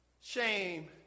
Shame